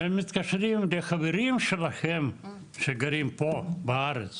הם מתקשרים לחברים שלהם שגרים פה בארץ